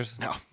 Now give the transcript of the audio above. No